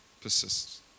persists